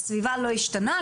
הסביבה לא השתנתה,